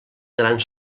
grans